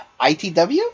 ITW